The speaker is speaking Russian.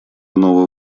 иного